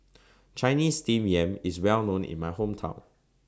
Chinese Steamed Yam IS Well known in My Hometown